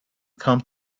come